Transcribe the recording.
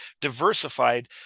diversified